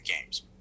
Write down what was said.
games